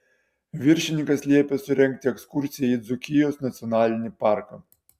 viršininkas liepė surengti ekskursiją į dzūkijos nacionalinį parką